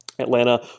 Atlanta